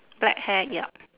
black hair ya